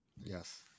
yes